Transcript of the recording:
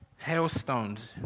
Hailstones